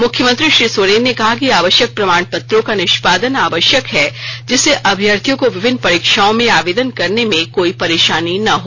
मुख्यमंत्री श्री सोरेन ने कहा कि आवश्यक प्रमाण पत्रों का निष्मादन आवश्यक है जिससे अभ्यर्थियों को विभिन्न परीक्षाओं में आवेदन करने में कोई परेशानी न हो